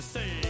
Say